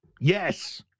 Yes